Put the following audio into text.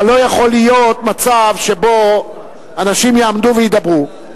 אבל לא יכול להיות מצב שבו אנשים יעמדו וידברו.